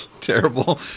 terrible